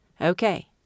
Okay